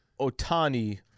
Otani